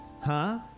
Huh